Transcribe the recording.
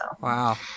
wow